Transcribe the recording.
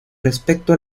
respecto